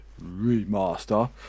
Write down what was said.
Remaster